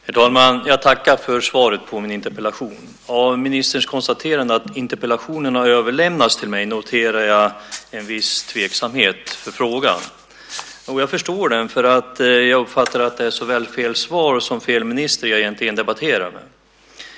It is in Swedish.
Herr talman! Jag tackar för svaret på min interpellation. Av ministerns konstaterande att interpellationen har överlämnats till henne noterar jag en viss tveksamhet för frågan. Jag förstår den eftersom jag har uppfattat att jag har såväl fått fel svar som att det är fel minister som jag debatterar med.